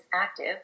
active